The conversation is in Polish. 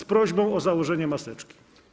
z prośba o założenie maseczki.